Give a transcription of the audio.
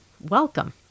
Welcome